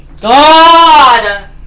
God